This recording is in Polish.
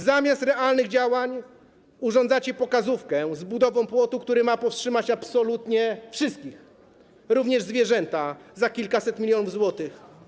Zamiast realnych działań urządzacie pokazówkę z budową płotu, który ma powstrzymać absolutnie wszystkich, również zwierzęta, za kilkaset mln zł.